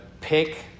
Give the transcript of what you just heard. pick